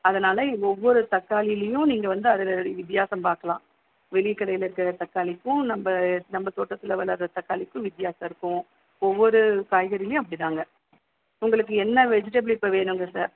அதனால் ஒவ்வொரு தாக்களியிலையும் நீங்கள் வந்து அதில் வித்தியாசம் பார்க்கலாம் வெளி கடையில் இருக்கிற தக்காளிக்கும் நம்ம நம்ம தோட்டத்தில் வளர்கிற தக்காளிக்கும் வித்தியாசம் இருக்கும் ஒவ்வொரு காய்கறியிலையும் அப்படிதாங்க உங்களுக்கு என்ன வெஜிடபுள் இப்போ வேணும்ங்க சார்